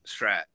Strat